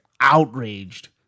outraged